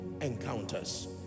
encounters